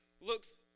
looks